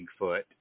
Bigfoot